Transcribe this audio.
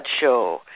show